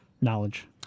knowledge